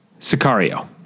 sicario